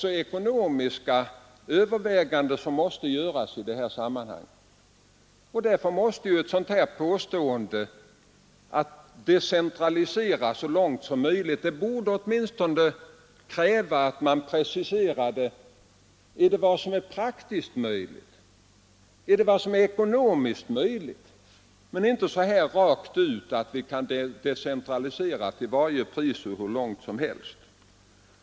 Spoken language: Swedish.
Men ekonomiska överväganden måste också göras i sammanhanget, och därför kräver ett påstående att man skall decentralisera ”så långt möjligt” en precisering. Är det vad som är praktiskt möjligt? Är det vad som är ekonomiskt möjligt? Det går inte att bara tala om att decentralisera till varje pris och hur långt som helst.